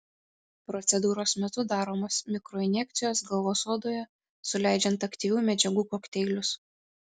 procedūros metu daromos mikroinjekcijos galvos odoje suleidžiant aktyvių medžiagų kokteilius